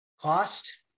cost